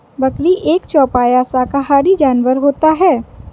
बकरी एक चौपाया शाकाहारी जानवर होता है